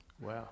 Wow